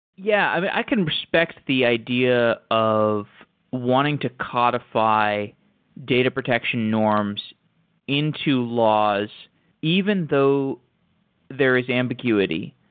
yeah. i mean, i can respect the idea of wanting to codify data protection norms into laws even though there is ambiguity.